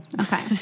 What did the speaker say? Okay